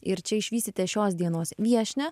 ir čia išvysite šios dienos viešnią